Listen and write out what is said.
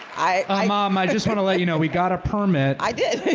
i um i just wanna let you know we got a permit. i did.